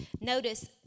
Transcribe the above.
Notice